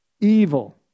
evil